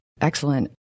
Excellent